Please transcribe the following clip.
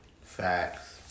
Facts